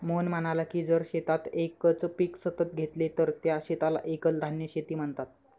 मोहन म्हणाला की जर शेतात एकच पीक सतत घेतले तर त्या शेताला एकल धान्य शेती म्हणतात